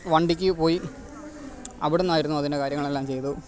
വണ്ടിക്ക്പോയി അവിടെന്ന് ആയിരുന്നു അതിന്റെ കാര്യങ്ങളെല്ലാം ചെയ്തു